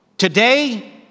Today